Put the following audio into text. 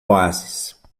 oásis